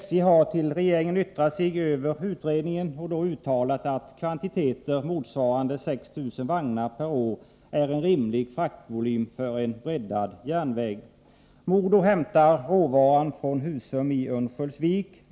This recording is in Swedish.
SJ har till regeringen yttrat sig över utredningen och då uttalat att kvantiteter motsvarande 6 000 vagnar per år är en rimlig fraktvolym för en breddad järnväg. MoDo hämtar råvaran från Husum i Örnsköldsvik.